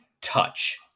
touch